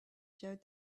showed